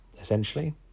essentially